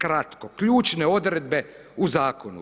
Kratko, ključne odredbe u zakonu.